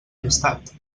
llistat